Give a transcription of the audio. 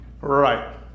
Right